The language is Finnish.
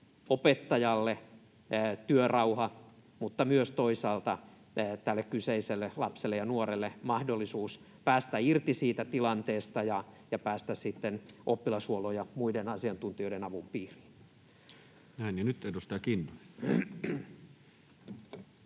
opettajalle työrauha mutta myös toisaalta tälle kyseiselle lapselle ja nuorelle mahdollisuus päästä irti siitä tilanteesta ja päästä sitten oppilashuollon ja muiden asiantuntijoiden avun piiriin. [Speech 41] Speaker: Toinen